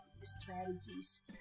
strategies